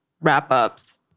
wrap-ups